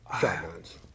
Shotguns